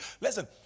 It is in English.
Listen